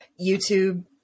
YouTube